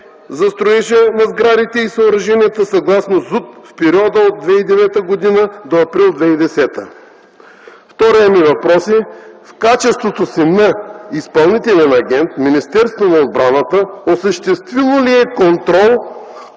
за строежа на сградите и съоръженията съгласно ЗУТ в периода от 2009 г. до м. април 2010 г.? Вторият ми въпрос е: в качеството си на изпълнителен агент Министерството на отбраната осъществило ли е контрол